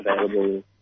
available